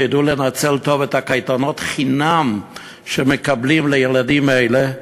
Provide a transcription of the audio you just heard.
תדעו לנצל טוב את קייטנות החינם שמקבלים הילדים האלה?